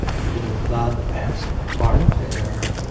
you know, that part there